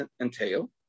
entail